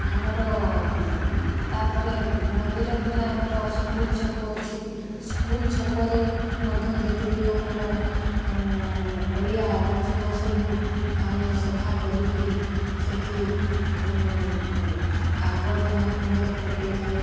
ଆମର ତା'ପରେ ମନ୍ଦିର ପରେ ଆମର ସ୍କୁଲ ଛକ ଅଛି ସ୍କୁଲ ଛକରେ ମଧ୍ୟ ଯେତିକି ଆମର ଅଳିଆ ଆବର୍ଜନା ସବୁ ଆମେ ସଫା କରିକି ସେଠି ଆବର୍ଜନା କୁଣ୍ଡରେ ପକାଇ ଥାଉ